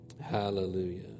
Hallelujah